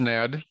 Ned